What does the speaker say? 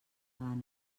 gana